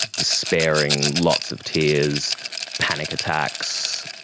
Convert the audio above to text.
despairing, lots of tears, panic attacks.